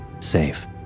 safe